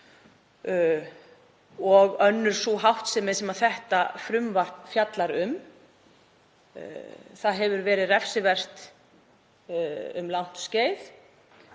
og önnur sú háttsemi sem þetta frumvarp fjallar um. Það hefur verið refsivert um langt skeið